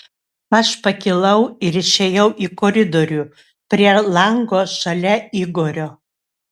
aš pakilau ir išėjau į koridorių prie lango šalia igorio